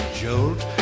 jolt